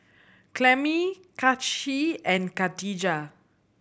Clemie Kaci and Khadijah